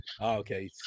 Okay